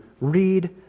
read